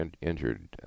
injured